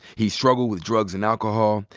he struggled with drugs and alcohol.